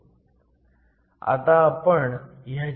आता आपण ह्याची गणना पाहुयात